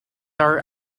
are